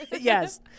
Yes